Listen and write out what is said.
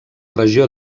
regió